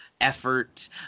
effort